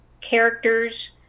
characters